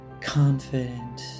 confident